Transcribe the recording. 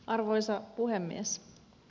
arvoisa puhemies